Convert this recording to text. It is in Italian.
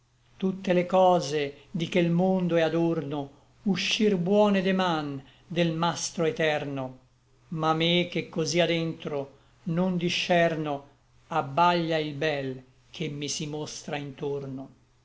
tutte le cose di che l mondo è adorno uscïr buone de man del mastro eterno ma me che cosí adentro non discerno abbaglia il bel che mi si mostra intorno